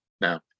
Now